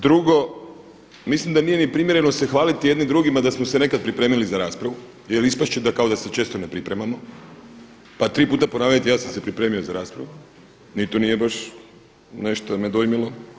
Drugo, mislim da nije ni primjereno se hvaliti jedni drugima da smo se nekad pripremili za raspravu, jer ispast će da kao da se često ne pripremamo, pa tri puta ponavljati ja sam se pripremio za raspravu ni to nije nešto me dojmilo.